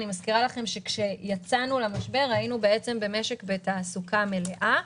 אני מזכירה לכם שכאשר יצאנו למשבר היינו במשק בתעסוקה מלאה,